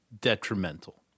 detrimental